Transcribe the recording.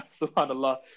subhanAllah